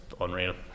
unreal